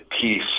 peace